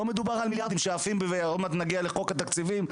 לא מדובר על מיליארדים שעפים ועוד מעט נגיע לחוק התקציבים,